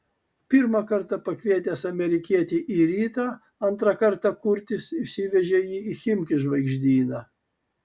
pirmą kartą pakvietęs amerikietį į rytą antrą kartą kurtis išsivežė jį į chimki žvaigždyną